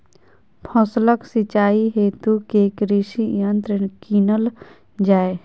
फसलक सिंचाई हेतु केँ कृषि यंत्र कीनल जाए?